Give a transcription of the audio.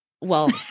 well-